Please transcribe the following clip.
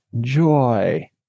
joy